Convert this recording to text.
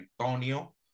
Antonio